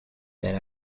then